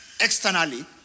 externally